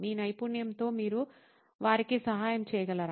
మీ నైపుణ్యంతో మీరు వారికి సహాయం చేయగలరా